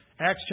Acts